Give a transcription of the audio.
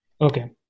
okay